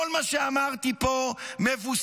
כל מה שאמרתי פה מבוסס,